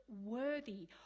worthy